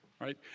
right